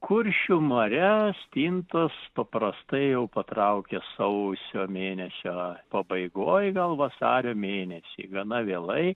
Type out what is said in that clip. kuršių marias stintos paprastai jau patraukia sausio mėnesio pabaigoj gal vasario mėnesį gana vėlai